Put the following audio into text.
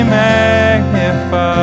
magnified